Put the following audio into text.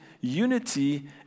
unity